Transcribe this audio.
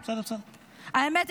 האמת,